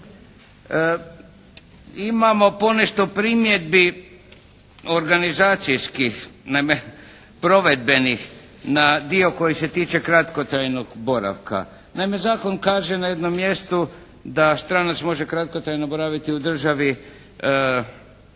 Imamo ponešto primjedbi organizacijskih, naime provedbenih na dio koji se tiče kratkotrajnog boravka. Naime zakon kaže na jednom mjestu da stranac može kratkotrajno boraviti u državi